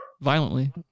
violently